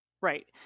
right